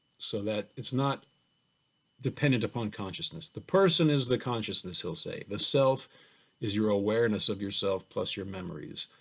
so that it's not dependent upon consciousness. the person is the consciousness he'll say. the self is your awareness of yourself, plus your memories.